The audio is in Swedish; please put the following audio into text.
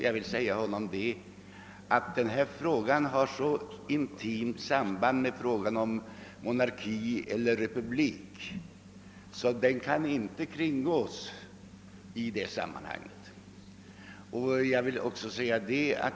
Jag vill svara att detta spörsmål har så intimt samband med frågan om monarki eller republik att det inte kan kringgås i sammanhanget.